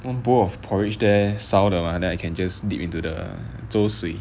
one bowl of porridge there 烧的 mah then I can just dip into the 粥水